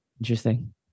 Interesting